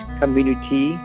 community